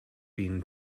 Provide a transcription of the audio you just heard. been